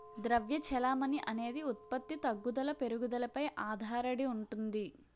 ద్రవ్య చెలామణి అనేది ఉత్పత్తి తగ్గుదల పెరుగుదలపై ఆధారడి ఉంటుంది